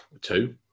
two